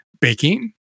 baking